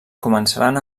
començaren